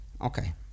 Okay